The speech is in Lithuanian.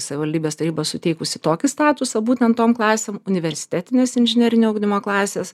savivaldybės taryba suteikusi tokį statusą būtent tom klasėm universitetinės inžinerinio ugdymo klasės